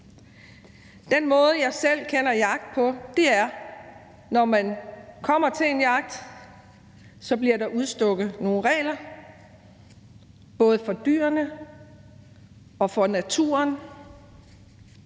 Den måde, jeg selv kender jagt på, er, at når man kommer til en jagt, bliver der udstukket nogle regler, både for dyrene og for naturen.